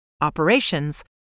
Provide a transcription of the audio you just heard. Operations